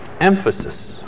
emphasis